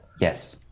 Yes